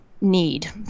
need